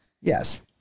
Yes